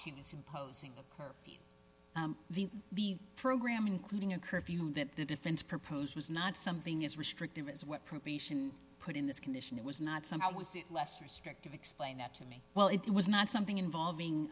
he was imposing occur the the program including a curfew that the defense proposed was not something as restrictive as what probation put in this condition it was not some how was it less restrictive explain that to me well it was not something involving